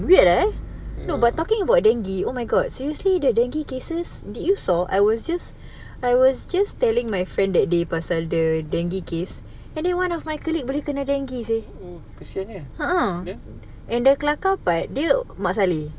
weird leh no but talking about dengue oh my god seriously the dengue cases did you saw I was just I was just telling my friend that day pasal the dengue case and then one of my colleague boleh kena dengue seh uh uh and the kelakar part dia mat salleh